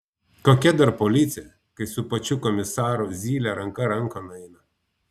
kokia dar policija kai su pačiu komisaru zylė ranka rankon eina